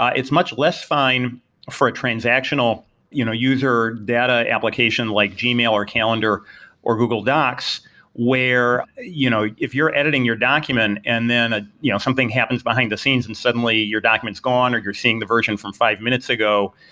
ah it's much less fine for a transactional you know user data application like gmail or calendar or google docs where you know if you're editing your document and then ah you know something happens behind the scenes and suddenly your documents gone or you're seeing the version from five minutes ago,